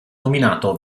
nominato